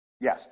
Yes